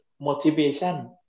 motivation